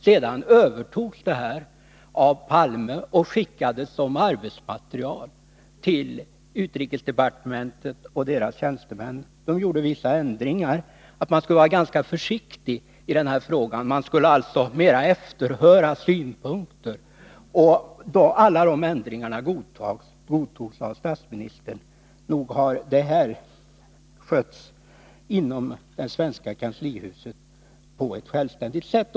Den vidarebefordrades sedan av Olof Palme som arbetsmaterial till utrikesdepartementet och dess tjänstemän. De gjorde vissa ändringar och framhöll att man skulle vara ganska försiktig i den här frågan och mera efterhöra synpunkter. Alla dessa ändringar godtogs av statsministern. Nog har man inom det svenska kanslihuset skött detta på ett självständigt sätt.